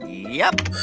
yup